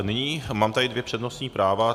Nyní mám tady dvě přednostní práva.